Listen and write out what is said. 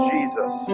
Jesus